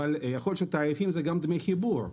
אבל יכול להיות שהתעריפים זה גם דמי חיבור,